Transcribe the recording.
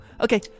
Okay